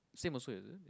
same also is it